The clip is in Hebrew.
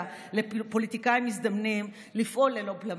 לפוליטיקאים מזדמנים לפעול ללא בלמים.